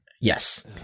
Yes